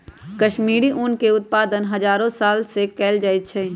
कश्मीरी ऊन के उत्पादन हजारो साल से कएल जाइ छइ